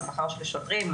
על שכר של שוטרים,